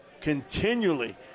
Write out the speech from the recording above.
continually